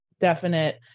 definite